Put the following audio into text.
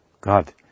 God